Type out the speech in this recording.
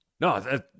no